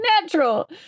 natural